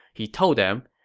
he told them,